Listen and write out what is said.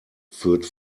führt